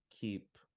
keep